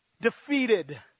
defeated